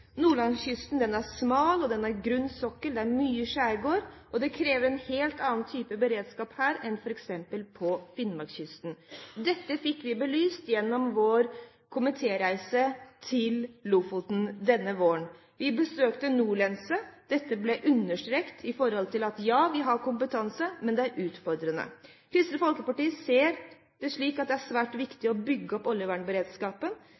Nordlandskysten har en smal og grunn sokkel med mye skjærgård, der det kreves en helt annen type beredskap enn f.eks. på Finnmarkskysten. Dette fikk vi belyst på vår komitéreise til Lofoten denne våren. Vi besøkte Nordlense, og dette ble understreket med: Ja, vi har kompetanse, men det er utfordrende. Kristelig Folkeparti ser det slik at det er svært